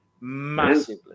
Massively